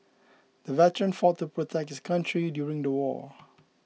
the veteran fought to protect his country during the war